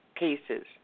cases